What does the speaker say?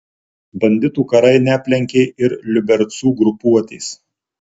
banditų karai neaplenkė ir liubercų grupuotės